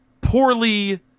poorly